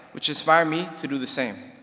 which inspired me to do the same.